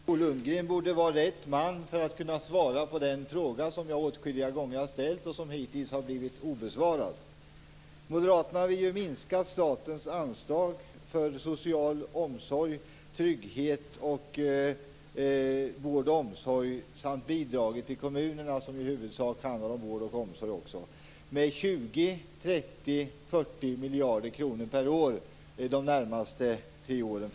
Herr talman! Bo Lundgren borde vara rätt man att svara på den fråga som jag har ställt åtskilliga gånger men som hittills är obesvarad. Moderaterna vill ju minska statens anslag till social omsorg, trygghet samt vård och omsorg - detsamma gäller bidraget till kommunerna, som i huvudsak handlar om vård och omsorg - med 20 40 miljarder kronor per år under de närmaste tre åren.